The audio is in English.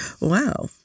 Wow